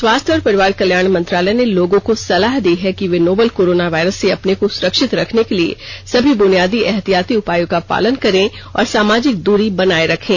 स्वास्थ्य और परिवार कल्याण मंत्रालय ने लोगों को सलाह दी है कि वे नोवल कोरोना वायरस से अपने को सुरक्षित रखने के लिए सभी बुनियादी एहतियाती उपायों का पालन करें और सामाजिक दूरी बनाए रखें